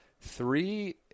three